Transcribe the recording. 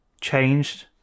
changed